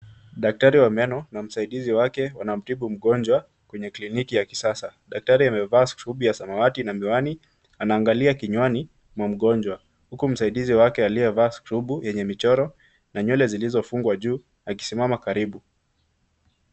Daktari wa meno na msaidizi wake wanamtibu mgonjwa kwenye kliniki ya kisasa. Daktari amevaa scrubu ya samawati na miwani , anaangalia kinywani mwa mgonjwa huku msaidizi wake aliyevaa scrubu yenye michoro na nywele zilizofungwa juu akisimama karibu.